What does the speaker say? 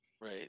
right